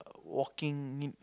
walking